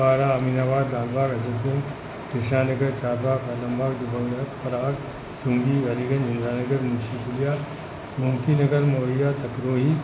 Para Aminabad Dagwa Rajatpur Krishna Nagar Charbagh Alambagh Dubagga Parag Chungi Aliganj Indiranagar Munshipulia Gomtinagar Mawaiya Takrohi